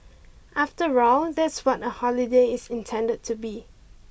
after all that's what a holiday is intended to be